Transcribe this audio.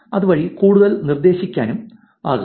അതുവഴി കൂടുതൽ നിർദ്ദേശിക്കാനാകും